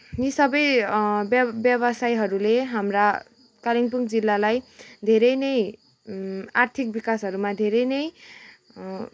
यी सबै ब्यव ब्यवसायीहरूले हाम्रा कालिम्पोङ जिल्लालाई धेरै नै आर्थिक बिकासहरूमा धेरै नै